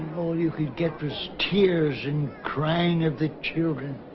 oh you could get the stairs and krang of the children